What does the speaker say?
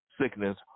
sickness